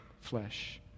flesh